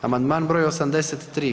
Amandman br. 83.